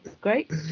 great